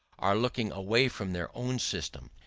are looking away from their own system,